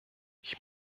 ich